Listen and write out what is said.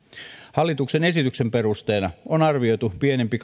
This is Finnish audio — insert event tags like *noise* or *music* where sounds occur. hallituksen esityksen perusteena on arvioitu pienempi *unintelligible*